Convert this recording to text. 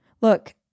Look